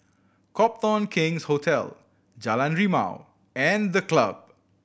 Copthorne King's Hotel Jalan Rimau and The Club